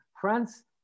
France